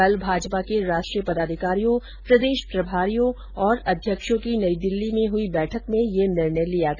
कल भाजपा के राष्ट्रीय पदाधिकारियों प्रदेश प्रभारियों और अध्यक्षों की नई दिल्ली में हई बैठक में यह निर्णय लिया गया